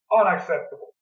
unacceptable